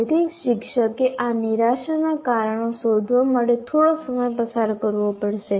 તેથી શિક્ષકે આ નિરાશાના કારણો શોધવા માટે થોડો સમય પસાર કરવો પડશે